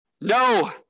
No